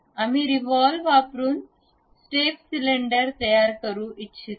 आम्ही रिव्हॉल्व वापरून step cylinder तयार करू इच्छितो